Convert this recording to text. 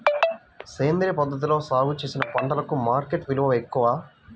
సేంద్రియ పద్ధతిలో సాగు చేసిన పంటలకు మార్కెట్ విలువ ఎక్కువ